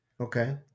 Okay